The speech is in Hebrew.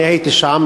אני הייתי שם.